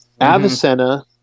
Avicenna